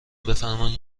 بفرمایین